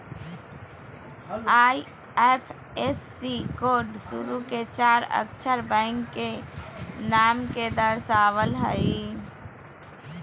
IFSC code शुरू के चार अक्षर बैंक के नाम के दर्शावो हइ